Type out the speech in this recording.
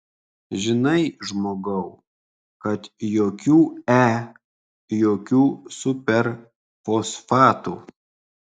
žinai žmogau kad jokių e jokių superfosfatų